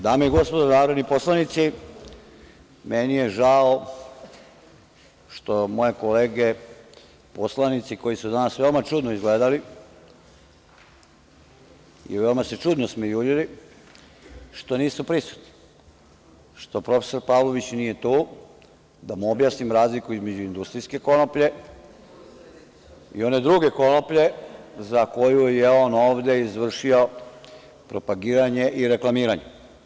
Dame i gospodo narodni poslanici, meni je žao što moje kolege poslanici, koji su danas veoma čudno izgledali i veoma se čudno smejuljili, što nisu prisutni, što prof. Pavlović nije tu da mu objasnim razliku između industrijske konoplje i one druge konoplje za koju je on ovde izvršio propagiranje i reklamiranje.